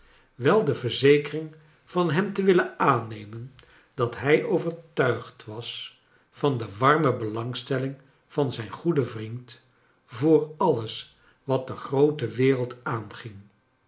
wel de verzekering van hem te willen aannemen dat hij overtuigd was van de warme belangstelling van zijn goeden vriend voor alles wat de groote wereld aanging